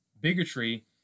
bigotry